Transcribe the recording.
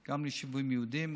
גם ליישובים יהודיים,